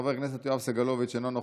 חבר הכנסת יואב סגלוביץ' אינו נוכח,